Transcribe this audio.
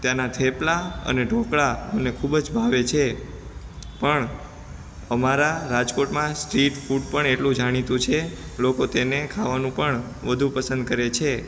ત્યાંનાં થેપલા અને ઢોકળા મને ખૂબ જ ભાવે છે પણ અમારા રાજકોટમાં સ્ટ્રીટ ફૂડ પણ એટલું જાણીતું છે લોકો તેને ખાવાનું પણ વધુ પસંદ કરે છે